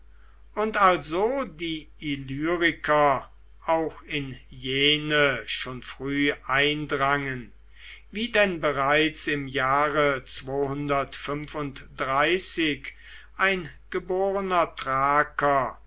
und also die illyriker auch in jene schon früh eindrangen wie denn bereits im jahre ein geborener thraker